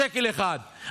שקל אחד.